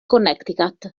connecticut